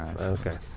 Okay